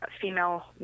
female